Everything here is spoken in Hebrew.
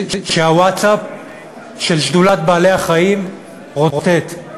שהווטסאפ של שדולת בעלי-החיים רוטט.